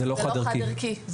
זה לא חד ערכי.